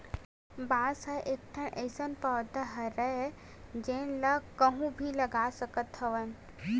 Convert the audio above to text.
बांस ह एकठन अइसन पउधा हरय जेन ल कहूँ भी लगाए जा सकत हवन